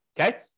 okay